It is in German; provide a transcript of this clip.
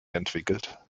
entwickelt